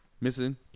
missing